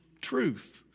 truth